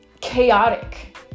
chaotic